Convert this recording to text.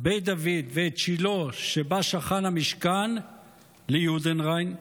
בית דוד, ואת שילה, שבה שכן המשכן, ליודנריין?